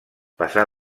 passà